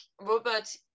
robert